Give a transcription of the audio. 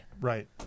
Right